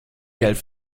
geld